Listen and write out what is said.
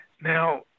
Now